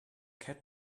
cat